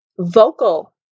vocal